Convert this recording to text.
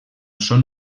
són